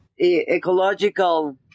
ecological